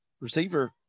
Receiver